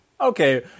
Okay